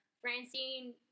Francine